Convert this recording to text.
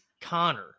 Connor